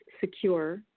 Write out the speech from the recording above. secure